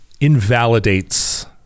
invalidates